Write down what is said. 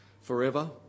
forever